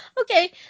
okay